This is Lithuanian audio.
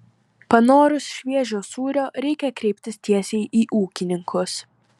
panorus šviežio sūrio reikia kreiptis tiesiai į ūkininkus